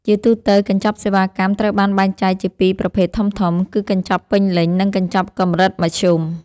ជាទូទៅ កញ្ចប់សេវាកម្មត្រូវបានបែងចែកជាពីរប្រភេទធំៗ គឺកញ្ចប់ពេញលេញ និងកញ្ចប់កម្រិតមធ្យម។